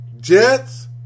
Jets